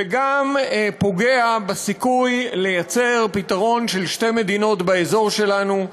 וגם פוגע בסיכוי ליצור פתרון של שתי מדינות באזור שלנו,